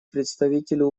представителю